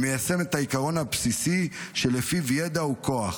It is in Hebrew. היא מיישמת את העיקרון הבסיסי שלפיו ידע הוא כוח,